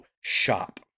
shop